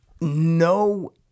No